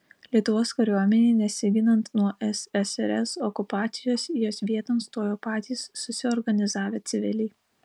lietuvos kariuomenei nesiginant nuo ssrs okupacijos jos vieton stojo patys susiorganizavę civiliai